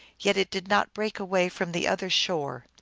yet it did not break away from the other shore.